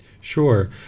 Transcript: Sure